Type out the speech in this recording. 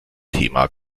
thema